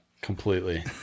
completely